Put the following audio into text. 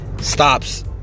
stops